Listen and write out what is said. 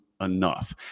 enough